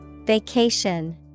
Vacation